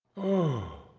oh!